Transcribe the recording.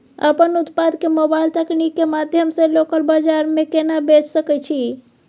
अपन उत्पाद के मोबाइल तकनीक के माध्यम से लोकल बाजार में केना बेच सकै छी?